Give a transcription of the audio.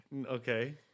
Okay